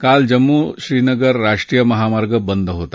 काल जम्मू श्रीनगर राष्ट्रीय महामार्ग बंद होता